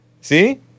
See